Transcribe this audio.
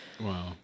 Wow